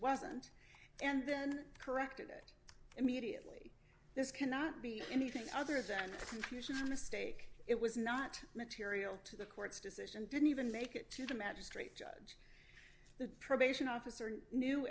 wasn't and then corrected it immediately this cannot be anything other than the usual mistake it was not material to the court's decision didn't even make it to the magistrate judge the probation officer knew